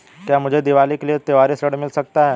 क्या मुझे दीवाली के लिए त्यौहारी ऋण मिल सकता है?